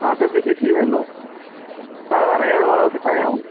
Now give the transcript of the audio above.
हा त दीदी थी वेंदो तव्हां रहण वारो किथां आहियो